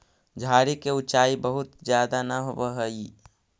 झाड़ि के ऊँचाई बहुत ज्यादा न होवऽ हई